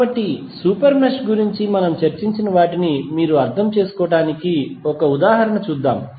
కాబట్టి super mesh గురించి మనము చర్చించిన వాటిని మీరు అర్థం చేసుకోవడానికి ఒక ఉదాహరణ చూద్దాం